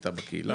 לקליטה בקהילה.